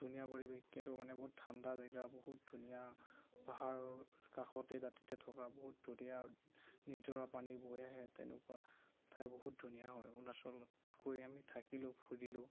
ধুনীয়া পৰিৱেশ কিন্তু মানে বহুত ঠাণ্ডা জেগা বহুত ধুনীয়া পাহাৰৰ কাষতেই দাঁতিতে থকা বহুত ধুনীয়া নিজৰা পানী বৈ আহে তেনেকুৱা ঠাই বহুত ধুনীয়া হয় অৰুণাচলত গৈ আমি থাকিলোঁ ফুৰিলোঁ